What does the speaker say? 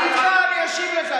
אתה, אני איתך, אני אשיב לך.